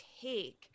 take